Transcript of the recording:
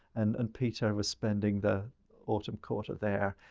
and and peter was spending the autumn quarter there.